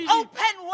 open